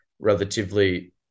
relatively